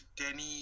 Danny